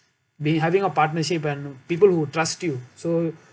be having a partnership when people who trust you so